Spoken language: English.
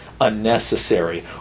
unnecessary